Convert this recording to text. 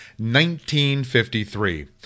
1953